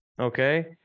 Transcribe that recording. okay